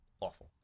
Awful